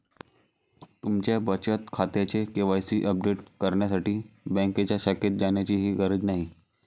तुमच्या बचत खात्याचे के.वाय.सी अपडेट करण्यासाठी बँकेच्या शाखेत जाण्याचीही गरज नाही